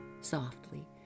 softly